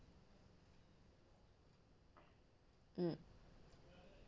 mm